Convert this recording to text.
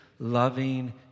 Loving